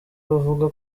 bavuga